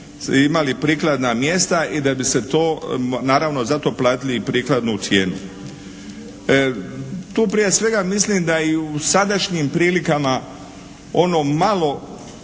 imali prikladna mjesta i da bi se to naravno i za to platili i prikladnu cijenu. Tu prije svega mislim da i u sadašnjim prilikama ono malo